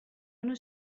una